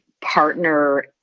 partner